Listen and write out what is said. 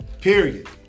Period